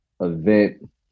event